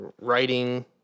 writing